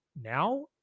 now